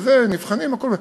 אנחנו לא מתווכחים.